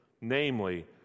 Namely